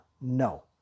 No